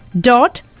dot